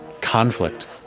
conflict